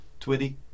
Twitty